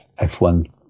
F1